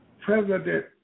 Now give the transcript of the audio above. President